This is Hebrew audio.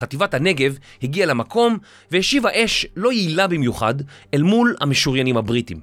חטיבת הנגב הגיעה למקום והשיבה האש לא יעילה במיוחד אל מול המשוריינים הבריטים